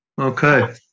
Okay